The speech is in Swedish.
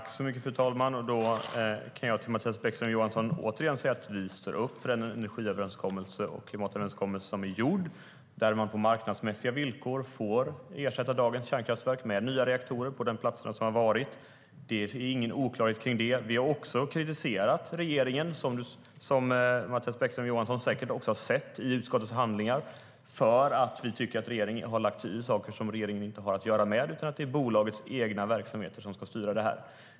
Fru talman! Då kan jag till Mattias Bäckström Johansson återigen säga att vi står upp för den energiöverenskommelse och klimatöverenskommelse som är gjord, där man på marknadsmässiga villkor får ersätta dagens kärnkraftverk med nya reaktorer på de platser där de har varit. Det finns ingen oklarhet om det. Vi har också kritiserat regeringen, vilket Mattias Bäckström Johansson säkert har sett i utskottets handlingar, för att vi tycker att regeringen har lagt sig i saker som regeringen inte har att göra med. Det är bolagets egna verksamheter som ska styra det här.